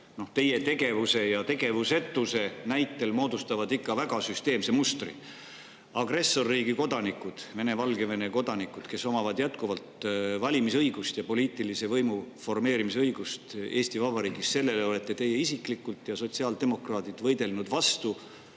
teie tegevuse ja tegevusetuse näitel moodustavad ikka väga süsteemse mustri. Agressorriigi kodanikud, Vene ja Valgevene kodanikud omavad jätkuvalt valimisõigust ja poliitilise võimu formeerimise õigust Eesti Vabariigis. Selle [õiguse kaotamisele] olete teie isiklikult ja sotsiaaldemokraadid võidelnud vastu